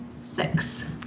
Six